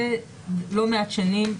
ההקלות הקיימות מזה לא מעט שנים,